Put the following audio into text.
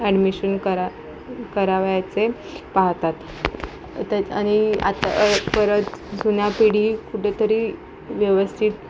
admission करा करावयाचे पाहतात त्या आणि आता परत जुन्या पिढी कुठेतरी व्यवस्थित